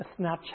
Snapchat